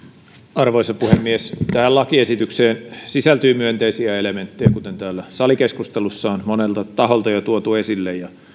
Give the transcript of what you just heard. arvoisa puhemies tähän lakiesitykseen sisältyy myönteisiä elementtejä kuten täällä salikeskustelussa on monelta taholta jo tuotu esille ja